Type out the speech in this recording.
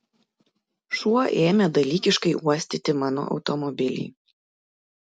šuo ėmė dalykiškai uostyti mano automobilį